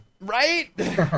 Right